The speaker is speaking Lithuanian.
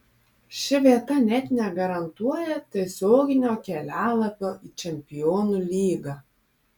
ši vieta net negarantuoja tiesioginio kelialapio į čempionų lygą